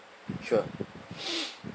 sure